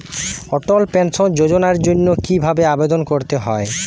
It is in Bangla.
অটল পেনশন যোজনার জন্য কি ভাবে আবেদন করতে হয়?